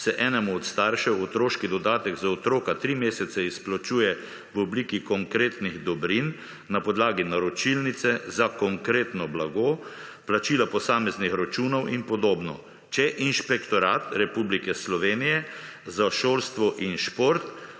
se enemu od staršev otroški dodatek za otroka tri mesece izplačuje v obliki konkretnih dobrin na podlagi naročilnice za Konkretno blago, plačila posameznih računov in podobno. 29. TRAK: (SB) - 12.20 (nadaljevanje) Če Inšpektorat Republike Slovenije za šolstvo in šport